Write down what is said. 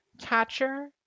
catcher